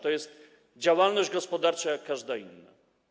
To jest działalność gospodarcza jak każda inna.